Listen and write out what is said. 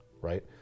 right